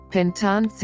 Pentan